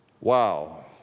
Wow